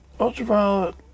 Ultraviolet